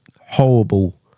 Horrible